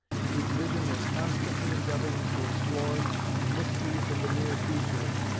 and whose vision was constantly endeavoring to explore the mysteries of the near future,